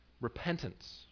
Repentance